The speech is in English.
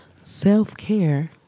self-care